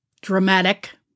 dramatic